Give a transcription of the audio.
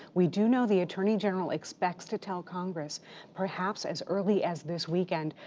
we do know the attorney general expects to tell congress perhaps as early as this weekend,